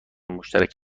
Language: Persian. مشترک